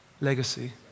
legacy